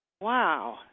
Wow